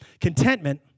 contentment